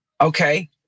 okay